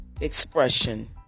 expression